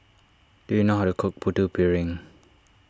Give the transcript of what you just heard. do you know how to cook Putu Piring